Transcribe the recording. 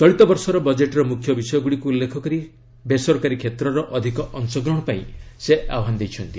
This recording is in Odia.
ଚଳିତ ବର୍ଷର ବଜେଟ୍ର ମୁଖ୍ୟ ବିଷୟଗୁଡ଼ିକୁ ଉଲ୍ଲେଖ କରି ବେସରକାରୀ କ୍ଷେତ୍ରର ଅଧିକ ଅଂଶଗ୍ରହଣ ପାଇଁ ସେ ଆହ୍ପାନ ଦେଇଛନ୍ତି